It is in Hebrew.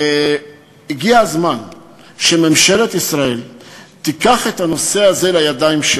הגיע הזמן שממשלת ישראל תיקח את הנושא הזה לידיה.